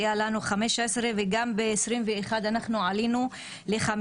היה לנו 15. ב-21' אנחנו עלינו ל-50.